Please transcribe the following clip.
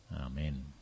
Amen